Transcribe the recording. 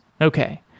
Okay